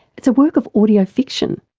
it's a work of audio fiction.